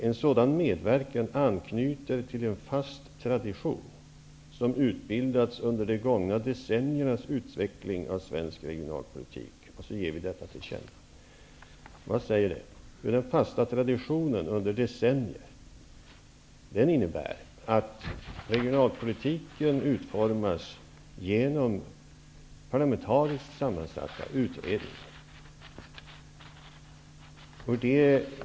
En sådan medverkan anknyter till en fast tradition, som utbildats under de gångna decenniernas utveckling av svensk regionalpolitik.'' Sedan ger riksdagen detta till känna. Den fasta traditionen under decennier innebär att regionalpolitiken utformas genom parlamentariskt sammansatta utredningar.